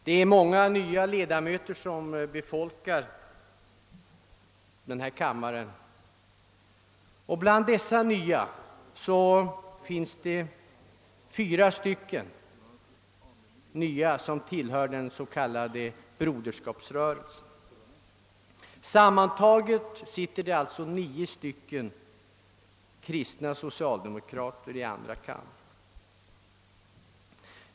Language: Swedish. Det är bl.a. av den anledningen många nya ledamöter i denna kammare, och fyra av dem tillhör den s.k. Broderskapsrörelsen. Tillsammans är det nio kristna socialdemokrater i andra kammaren.